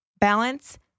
balance